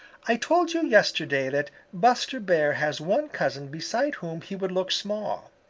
i told you yesterday that buster bear has one cousin beside whom he would look small.